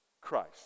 Christ